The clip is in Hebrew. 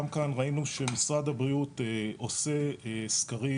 גם כאן ראינו שמשרד הבריאות עושה סקרים